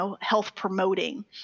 health-promoting